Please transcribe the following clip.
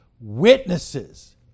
witnesses